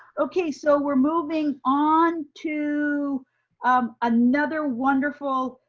okay, so we're moving on to um another wonderful,